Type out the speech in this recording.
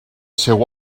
seu